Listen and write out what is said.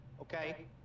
Okay